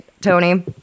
Tony